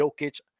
Jokic